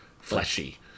fleshy